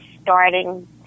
starting